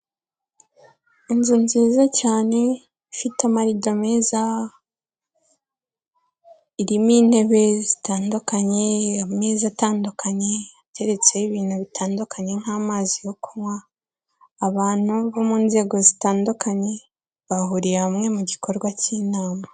Inzu nziza cyane ifite amarido meza, irimo intebe zitandukanye, ameza atandukanye, ateretseho ibintu bitandukanye nk'amazi yo kunywa, abantu bo mu nzego zitandukanye bahuriye hamwe mu gikorwa cy'inama.